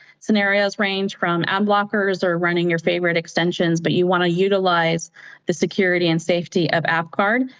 scenarios range from ad blockers or running your favorite extensions, but you want to utilize the security and safety of app guard,